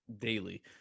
daily